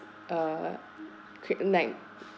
uh trip and dine